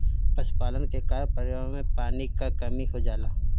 पशुपालन के कारण पर्यावरण में पानी क कमी हो जाला